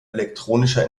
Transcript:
elektronischer